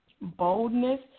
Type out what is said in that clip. boldness